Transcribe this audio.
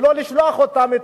ולא לשלוח אותם,